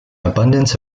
abundance